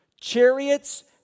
chariots